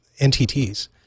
NTT's